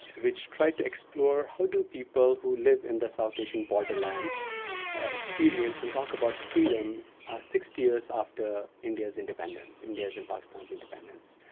which tried to explore, how do people who live in the south asian borderlands experience and talk about freedom sixty years after india's independence india's and pakistan's independence?